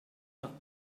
nach